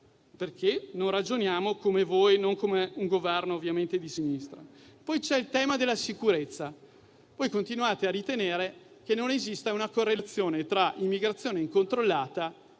perché non ragioniamo come voi, non come un Governo di sinistra. Poi c'è il tema della sicurezza. Voi continuate a ritenere che non esista una correlazione tra immigrazione incontrollata